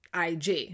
IG